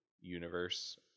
universe